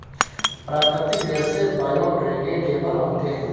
प्राकृतिक रेसे बायोडेग्रेडेबल होते है